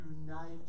unite